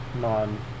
non-